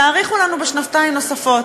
תאריכו לנו בשנתיים נוספות.